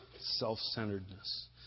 self-centeredness